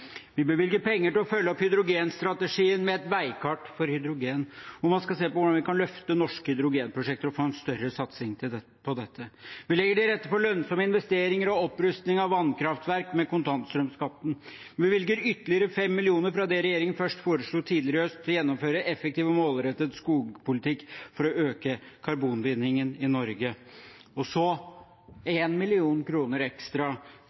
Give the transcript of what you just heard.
Vi bevilger penger til å følge opp hydrogenstrategien med et veikart for hydrogen hvor man skal se på hvordan vi kan løfte norske hydrogenprosjekter og få en større satsing på dette. Vi legger til rette for lønnsomme investeringer og opprustning av vannkraftverk med kontantstrømskatten. Vi bevilger ytterligere 5 mill. kr fra det regjeringen først foreslo tidligere i høst, til å gjennomføre effektiv og målrettet skogpolitikk for å øke karbonbindingen i Norge. Og så 1 mill. kr ekstra